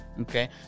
Okay